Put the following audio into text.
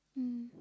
mm